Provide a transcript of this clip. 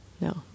No